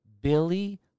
Billy